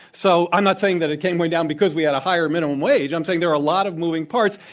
so i'm not saying that it came way down because we had a higher minimum wage. i'm saying there are a lot of moving parts.